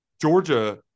Georgia